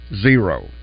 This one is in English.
Zero